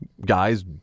guys